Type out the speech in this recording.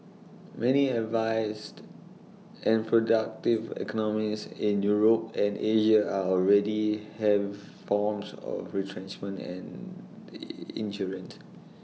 many advanced and productive economies in Europe and Asia are already have forms of retrenchment and insurance